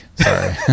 sorry